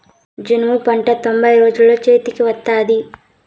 జనుము పంట తొంభై రోజుల్లో చేతికి వత్తాది